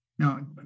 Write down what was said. Now